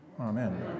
Amen